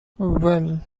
well